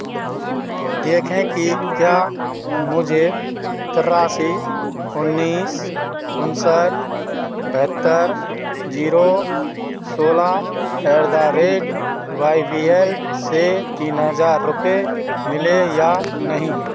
देखें कि क्या मुझे तेरासी उन्नीस उनसठ बहत्तर जीरो सोलह at the rate Y V L से तीन हज़ार रुपये मिले या नहीं